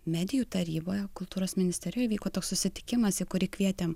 medijų taryboje kultūros ministerijoje vyko toks susitikimas į kurį kvietėm